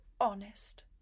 Honest